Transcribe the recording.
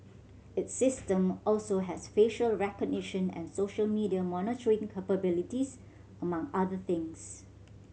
its system also has facial recognition and social media monitoring capabilities among other things